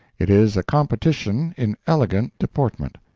it is a competition in elegant deportment.